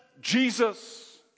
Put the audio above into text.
Jesus